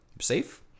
safe